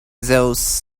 those